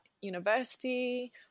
university